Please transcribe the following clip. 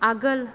आगोल